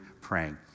praying